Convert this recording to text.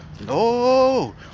No